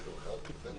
הישיבה ננעלה בשעה 17:40.